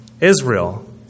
Israel